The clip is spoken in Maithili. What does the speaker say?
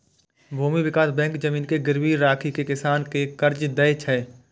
भूमि विकास बैंक जमीन के गिरवी राखि कें किसान कें कर्ज दै छै